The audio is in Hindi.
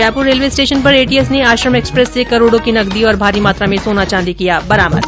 जयपुर रेलवे स्टेशन पर एटीएस ने आश्रम एक्सप्रेस से करोडों की नकदी और भारी मात्रा में सोना चांदी किया बरामद